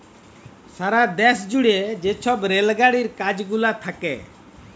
সারা দ্যাশ জুইড়ে যে ছব রেল গাড়ির কাজ গুলা থ্যাকে